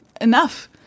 enough